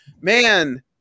Man